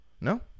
No